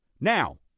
Now